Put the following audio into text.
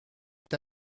est